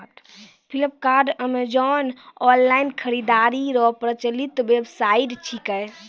Flipkart Amazon online खरीदारी रो प्रचलित वेबसाइट छिकै